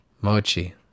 Mochi